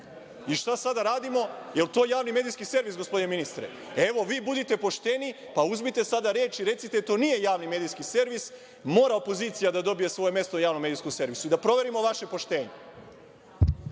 Šta sad da radimo? Jel to javni medijski servis, gospodine ministre? Evo, vi budite pošteni pa uzmite sada reč i recite – to nije javni medijski servis, mora opozicija da dobije svoje mesto u javno medijskom servisu, i da proverimo vaše poštenje.